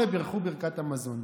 וב-20:00 בירכו ברכת המזון.